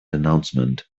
announcement